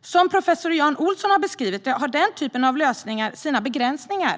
Som professor Jan Olsson har beskrivit det har den typen av lösningar sina begränsningar.